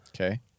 Okay